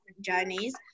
journeys